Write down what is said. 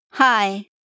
Hi